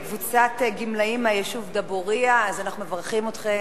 קבוצת גמלאים מהיישוב דבורייה, אנחנו מברכים אתכם.